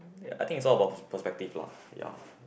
I think is all about perspective lah ya